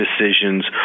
decisions